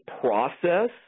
process